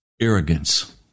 Arrogance